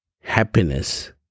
happiness